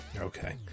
Okay